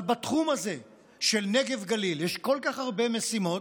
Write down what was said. אבל בתחום הזה של נגב וגליל יש כל כך הרבה משימות,